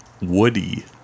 woody